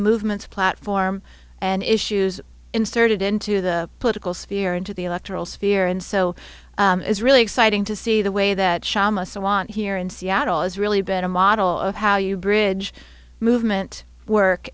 movement's platform and issues inserted into the political sphere into the electoral sphere and so it's really exciting to see the way that seamus i want here in seattle has really been a model of how you bridge movement work